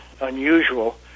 unusual